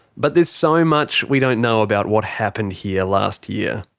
but there's so much we don't know about what happened here last year.